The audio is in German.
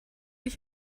ich